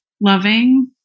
loving